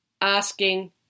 asking